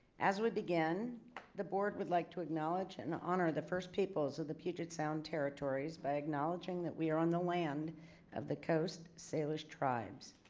as we begin the board would like to acknowledge and honor the first peoples of the puget sound territories by acknowledging that we are on the land of the coast salish tribes.